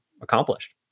accomplished